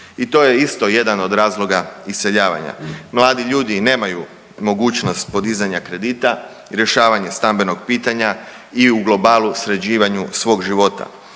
I to je isto jedan od razloga iseljavanja. Mladi ljudi nemaju mogućnost podizanja kredita i rješavanje stambenog pitanja i u globalu sređivanju svog života.